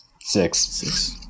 six